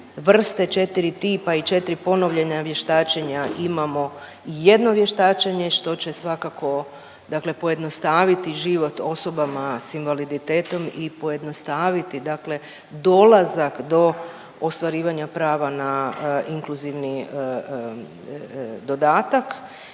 vrste, četiri tipa i četiri ponovljena vještačenja. Imamo jedno vještačenje što će svakako, dakle pojednostaviti život osobama sa invaliditetom i pojednostaviti, dakle dolazak do ostvarivanja prava na inkluzivni dodatak.